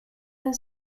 and